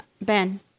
Ben